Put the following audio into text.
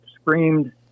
screamed